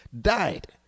died